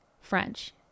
French